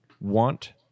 want